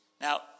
Now